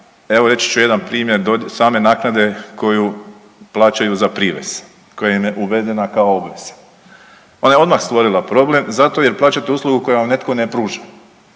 evo reći ću jedan primjer same naknade koju plaćaju za privez koja im je uvedena kao obveza. Ona je odmah stvorila problem zato jer plaćate uslugu koju vam netko ne pruža,